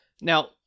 Now